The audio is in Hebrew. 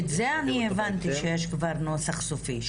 את זה אני הבנתי שיש כבר נוסח סופי..